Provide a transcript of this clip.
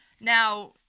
Now